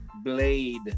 Blade